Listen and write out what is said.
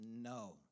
No